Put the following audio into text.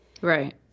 Right